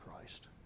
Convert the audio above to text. Christ